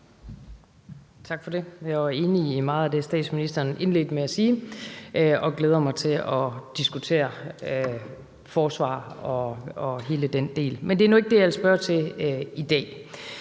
Tak for det. Jeg er enig i meget af det, som statsministeren indledte med at sige, og glæder mig til at diskutere forsvar og hele den del. Men det er nu ikke det, jeg vil spørge til i dag.